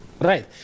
Right